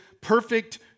perfect